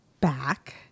back